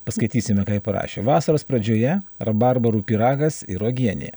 paskaitysime ką ji parašė vasaros pradžioje rabarbarų pyragas ir uogienė